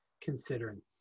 considering